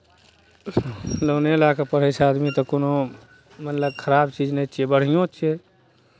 लोने लऽ कऽ पढ़ै छै आदमी तऽ कोनो खराब चीज नहि छै बढ़िएँ छै